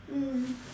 mm